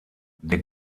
der